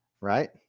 right